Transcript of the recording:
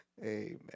Amen